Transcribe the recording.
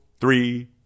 three